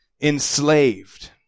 enslaved